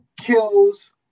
kills